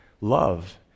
love